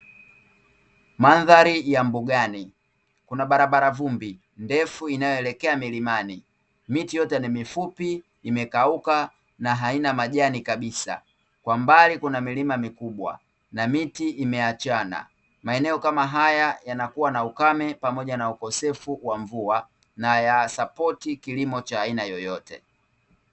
Mandhari ya mbugani. Kuna barabara vumbi ndefu inayoelekea milimani. Miti yote ni mifupi, imekauka na haina majani kabisa. Kwa mbali kuna milima mikubwa na miti imeachana. Maeneo kama haya yanakuwa na ukame pamoja na ukosefu wa mvua, na hayasapoti kilimo cha aina yoyote.